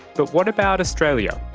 but what about australia?